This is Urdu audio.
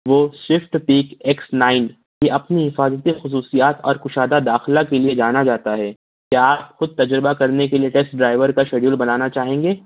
وہ شفٹ ٹی ایکس نائن یہ اپنی حفاظتی خصوصیات اور کُشادہ داخلہ کے لیے جانا جاتا ہے کیا آپ خود تجربہ کرنے کے لیے ٹیسٹ ڈرائیور کا شیڈیول بنانا چاہیں گے